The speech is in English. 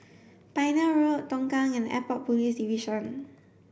Pioneer Road Tongkang and Airport Police Division